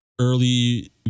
early